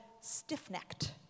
stiff-necked